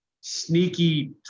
sneaky